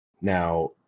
Now